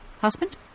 husband